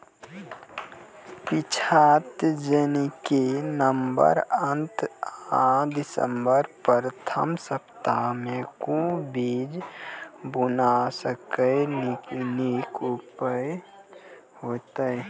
पीछात जेनाकि नवम्बर अंत आ दिसम्बर प्रथम सप्ताह मे कून बीज बुनलास नीक उपज हेते?